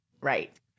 Right